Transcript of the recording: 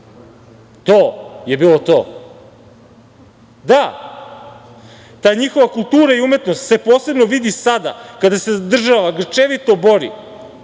To je bilo to. Da, ta njihova kultura i umetnost se posebno vidi sada, kada se država grčevito bori